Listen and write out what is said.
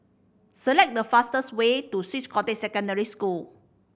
select the fastest way to Swiss Cottage Secondary School